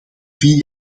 vier